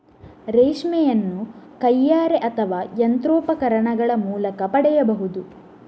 ರೇಷ್ಮೆಯನ್ನು ಕೈಯಾರೆ ಅಥವಾ ಯಂತ್ರೋಪಕರಣಗಳ ಮೂಲಕ ಪಡೆಯಬಹುದು